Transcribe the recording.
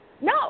No